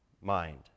mind